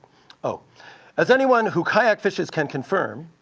ah as anyone who kayak fishes can confirm,